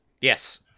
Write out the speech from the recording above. Yes